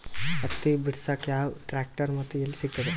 ಹತ್ತಿ ಬಿಡಸಕ್ ಯಾವ ಟ್ರ್ಯಾಕ್ಟರ್ ಮತ್ತು ಎಲ್ಲಿ ಸಿಗತದ?